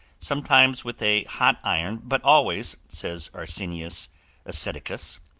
sometimes with a hot iron, but always, says arsenius asceticus,